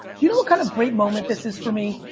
you know what kind of great moment this is for me?